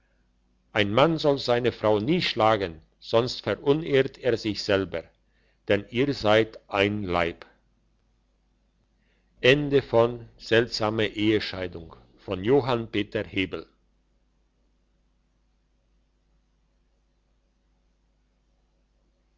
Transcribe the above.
ein mann soll seine frau nie schlagen sonst verunehrt er sich selber denn ihr seid ein leib